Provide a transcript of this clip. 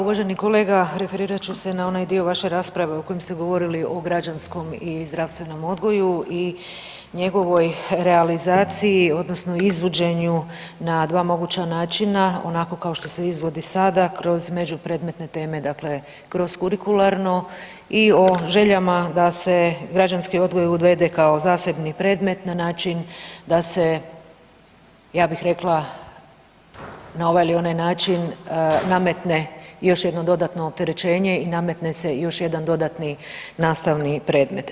Uvaženi kolega referirat ću se na onaj dio vaše rasprave u kojem ste govorili o građanskom i zdravstvenom odgoju i njegovoj realizaciji odnosno izvođenju na dva moguća načina onako kao što se izvodi sada kroz međupredmetne teme, dakle kroz kurikuralnu i o željama da se građanski odgoj uvede kao zasebni predmet na način da se ja bih rekla na ovaj ili onaj način nametne još jedno dodatno opterećenje i nametne se još jedan dodatni nastavni predmet.